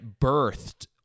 birthed